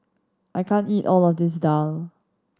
I can't eat all of this daal